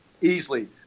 easily